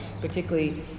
particularly